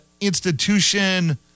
institution